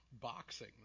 Boxing